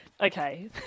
Okay